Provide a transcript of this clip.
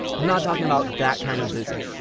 i'm not talking about that kind of busy.